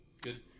Good